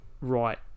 right